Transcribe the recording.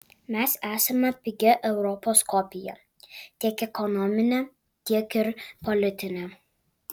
mes esame pigia europos kopija tiek ekonomine tiek ir politine